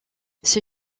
ces